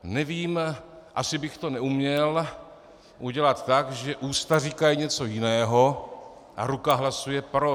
Nevím, asi bych to neuměl udělat tak, že ústa říkají něco jiného a ruka hlasuje pro.